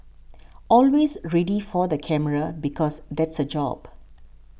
always ready for the camera because that's her job